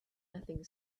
nothing